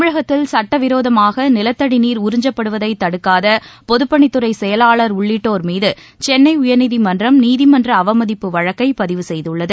தமிழகத்தில் சட்டவிரோதமாக நிலத்தடி நீர் உறிஞ்சப்படுவதை தடுக்காத பொதுப்பணித் துறை செயலாளா் உள்ளிட்டோா் மீது சென்னை உயா்நீதிமன்றம் நீதிமன்ற அவமதிப்பு வழக்கை பதிவு செய்துள்ளது